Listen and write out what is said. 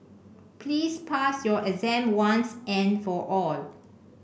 please pass your exam once and for all